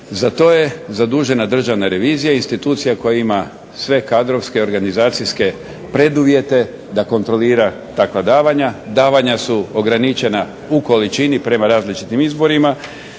Za to je zadužena državna revizija, institucija koja ima sve kadrovske organizacijske preduvjete da kontrolira takva davanja, davanja su ograničena u količini prema različitim izborima